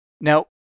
Now